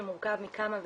שמורכב מכמה ארגונים,